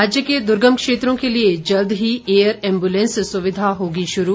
राज्य के दुर्गम क्षेत्रों के लिए जल्द ही एयर ऐम्बुलेंस सुविधा होगी शुरू